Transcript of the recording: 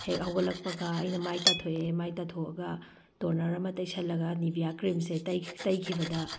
ꯍꯦꯛ ꯍꯧꯒꯠꯒꯠꯂꯛꯄꯒ ꯑꯩꯟ ꯃꯥꯏ ꯇꯥꯊꯣꯛꯑꯦ ꯃꯥꯏ ꯇꯥꯊꯣꯛꯑꯒ ꯇꯣꯟꯅꯔ ꯑꯃ ꯇꯩꯁꯟꯂꯒ ꯅꯤꯚꯤꯌꯥ ꯀ꯭ꯔꯤꯝꯁꯦ ꯇꯩꯈꯤꯕꯗ